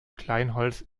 kleinholz